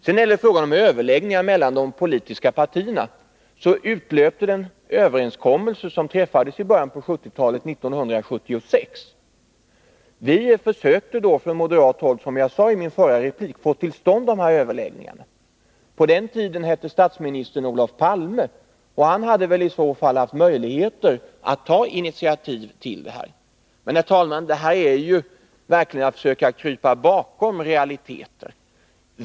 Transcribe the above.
Beträffande frågan om överläggningar mellan de politiska partierna utlöpte 1976 en överenskommelse som träffades i början av 1970-talet. Vi försökte då från moderat håll, som jag sade i min förra replik, få till stånd dessa överläggningar. På den tiden hette statsministern Olof Palme, och han hade väl haft möjligheter att ta initiativ till sådana överläggningar. Men, herr talman, här försöker man verkligen krypa bakom realiteter.